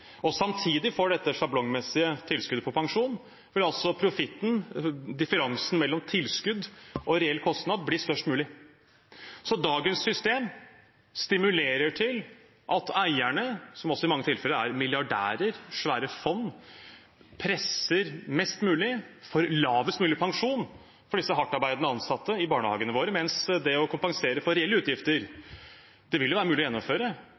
og samtidig får dette sjablongmessige tilskuddet til pensjon, vil altså profitten, differansen mellom tilskudd og reell kostnad, bli størst mulig. Så dagens system stimulerer til at eierne, som også i mange tilfeller er milliardærer, svære fond, presser mest mulig for lavest mulig pensjon for de hardtarbeidende ansatte i barnehagene våre. Det å kompensere for reelle utgifter ville jo være mulig å gjennomføre,